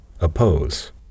oppose